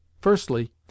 Firstly